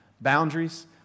boundaries